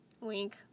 wink